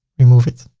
remove it.